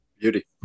Beauty